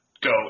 go